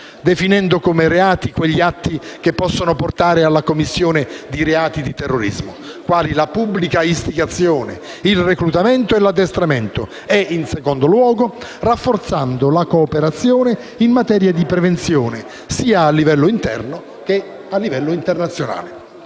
definendo come reati quegli atti che possono portare alla commissione di reati di terrorismo, quali la pubblica istigazione, il reclutamento e l'addestramento, e, in secondo luogo, rafforzando la cooperazione in materia di prevenzione, sia a livello interno che internazionale.